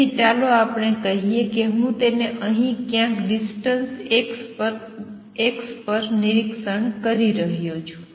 તેથી ચાલો આપણે કહીએ કે હું તેને અહીં ક્યાંક ડિસ્ટન્સ x પર નિરીક્ષણ કરી રહ્યો છું